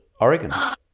Oregon